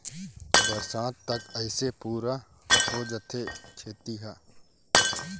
बरसात तक अइसे पुरा हो जाथे खेती ह